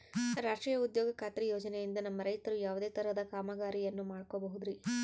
ರಾಷ್ಟ್ರೇಯ ಉದ್ಯೋಗ ಖಾತ್ರಿ ಯೋಜನೆಯಿಂದ ನಮ್ಮ ರೈತರು ಯಾವುದೇ ತರಹದ ಕಾಮಗಾರಿಯನ್ನು ಮಾಡ್ಕೋಬಹುದ್ರಿ?